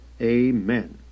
Amen